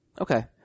Okay